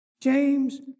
James